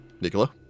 Nicola